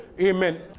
Amen